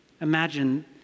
Imagine